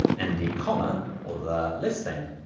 and the comma, or the less than,